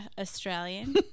Australian